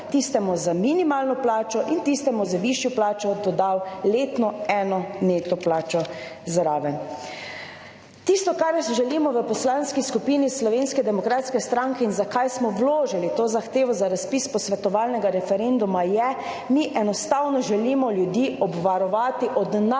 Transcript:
tistemu z minimalno plačo in tistemu z višjo plačo dodal letno eno neto plačo zraven. Tisto, kar želimo v Poslanski skupini Slovenske demokratske stranke in zakaj smo vložili to zahtevo za razpis posvetovalnega referenduma je, mi enostavno želimo ljudi obvarovati od